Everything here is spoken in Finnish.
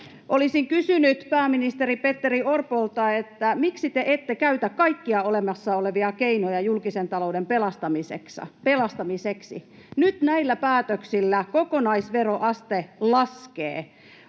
Olisin kysynyt pääministeri Petteri Orpolta, miksi te ette käytä kaikkia olemassa olevia keinoja julkisen talouden pelastamiseksi. Nyt näillä päätöksillä kokonaisveroaste laskee.